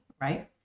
right